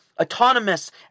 autonomous